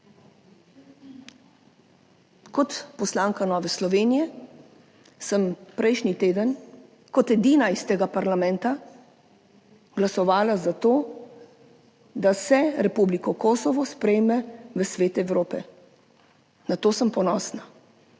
Kot poslanka Nove Slovenije sem prejšnji teden kot edina iz tega parlamenta glasovala za to, da se Republiko Kosovo sprejme v Svet Evrope. Na to sem ponosna.